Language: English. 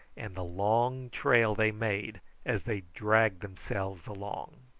and the long trail they made as they dragged themselves along.